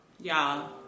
y'all